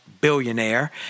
billionaire